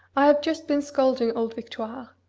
i have just been scolding old victoire.